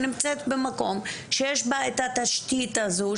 שנמצאת במקום שיש בו את התשתית הזו,